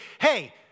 hey